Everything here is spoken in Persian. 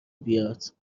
بیاد